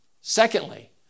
Secondly